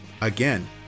Again